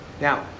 Now